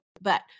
but-